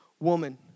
Woman